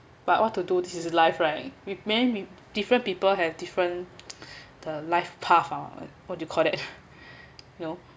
but what to do this is life right many with different people have different the life path ah what do you call that you know